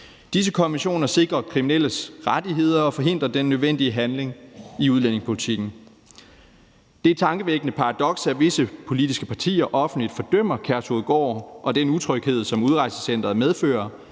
Disse konventioner sikrer kriminelles rettigheder og forhindrer den nødvendige handling i udlændingepolitikken. Det er et tankevækkende paradoks, at visse politiske partier offentligt fordømmer Kærshovedgård og den utryghed, som udrejsecenteret medfører,